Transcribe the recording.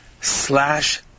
slash